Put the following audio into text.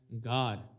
God